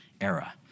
era